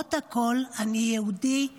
ולמרות הכול אני יהודי /